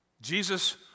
Jesus